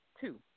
two